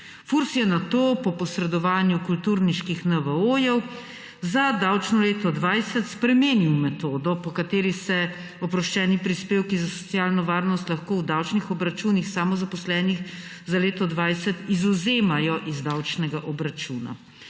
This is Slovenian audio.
Furs je nato po posredovanju kulturniških NVO-jev za davčno leto 2020 spremenil metodo, po kateri se oproščeni prispevki za socialno varnost lahko v davčnih obračunih samozaposlenih za leto 2020 izvzemajo iz davčnega obračuna.